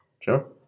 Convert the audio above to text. Sure